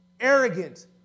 arrogant